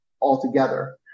altogether